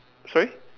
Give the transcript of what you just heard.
sorry